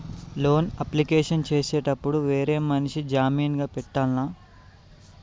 Loan application చేసేటప్పుడు వేరే మనిషిని జామీన్ గా పెట్టాల్నా?